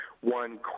one